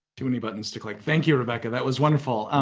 too many buttons to click. thank you, rebecca, that was wonderful.